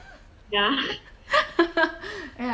yeah